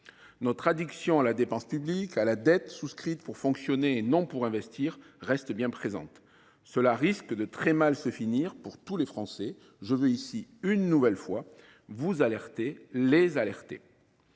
Notre addiction à la dépense publique, à la dette souscrite pour fonctionner, et non pour investir, reste bien réelle. Cela risque de très mal se terminer pour tous les Français. Je veux ici, une nouvelle fois, vous alerter, les alerter.